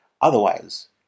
Otherwise